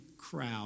crowd